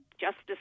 Justice